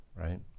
right